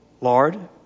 Lord